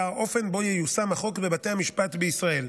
האופן שבו ייושם החוק בבתי המשפט בישראל.